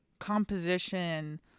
composition